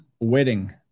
wedding